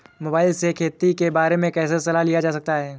Mobile से खेती के बारे कैसे सलाह लिया जा सकता है?